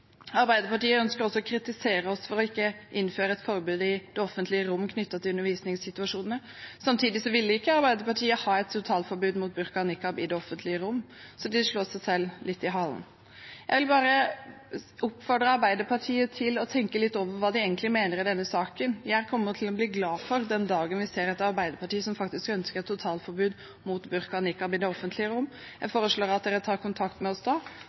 Arbeiderpartiet ønsker også å kritisere oss for ikke å innføre et forbud i det offentlige rom knyttet til undervisningssituasjoner. Samtidig vil ikke Arbeiderpartiet ha et totalforbud mot burka og nikab i det offentlige rom. De biter seg selv litt i halen. Jeg vil oppfordre Arbeiderpartiet til å tenke litt over hva de egentlig mener i denne saken. Jeg kommer til å bli glad den dagen vi ser et arbeiderparti som faktisk ønsker et totalforbud mot burka og nikab i det offentlige rom. Jeg foreslår at de tar kontakt med oss da,